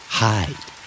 hide